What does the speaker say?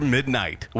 Midnight